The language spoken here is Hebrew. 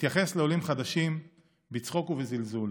להתייחס לעולים חדשים בצחוק ובזלזול.